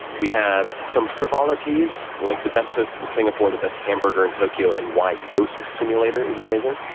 we have some frivolities like the best host in singapore, the best hamburger in tokyo, and why goat simulator is amazing.